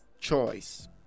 choice